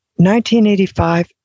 1985